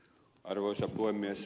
arvoisa puhemies